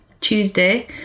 Tuesday